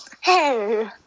Hey